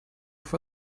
for